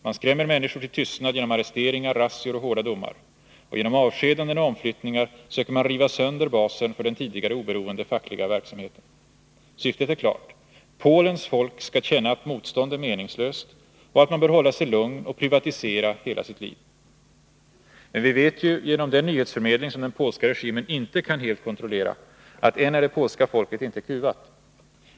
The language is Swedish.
Man skrämmer människor till tystnad genom arresteringar, razzior och hårda domar. Och genom avskedanden och omflyttningar söker man riva sönder basen för den tidigare oberoende fackliga verksamheten. Syftet är klart. Polens folk skall känna att motstånd är meningslöst och att man bör hålla sig lugn och privatisera hela sitt liv. Men vi vet ju genom den nyhetsförmedling som den polska regimen inte kan helt kontrollera att än är det polska folket inte kuvat.